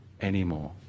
anymore